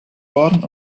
worden